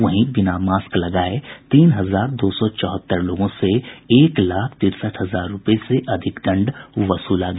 वहीं बिना मास्क लगाये तीन हजार दो सौ चौहत्तर लोगों से एक लाख तिरसठ हजार रूपये से अधिक दंड वसूला गया